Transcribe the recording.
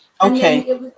Okay